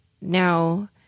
now